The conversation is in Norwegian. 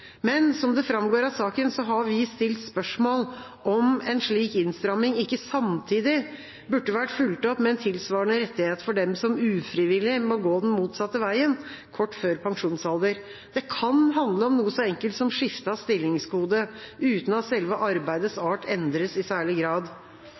Men som det framgår av saken, har vi stilt spørsmål om en slik innstramming ikke samtidig burde vært fulgt opp med en tilsvarende rettighet for dem som ufrivillig må gå den motsatte veien kort før pensjonsalder. Det kan handle om noe så enkelt som skifte av stillingskode, uten at selve arbeidets